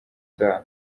utaha